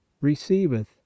receiveth